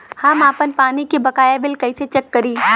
हम आपन पानी के बकाया बिल कईसे चेक करी?